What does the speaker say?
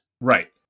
Right